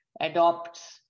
adopts